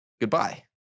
goodbye